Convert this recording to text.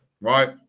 right